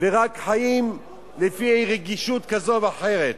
ורק חיים לפי רגישות כזו ואחרת?